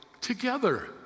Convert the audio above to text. together